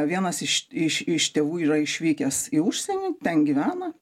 vienas iš iš iš tėvų yra išvykęs į užsienį ten gyvena